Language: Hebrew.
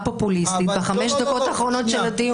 פופוליזם בחמש הדקות האחרונות של הדיון.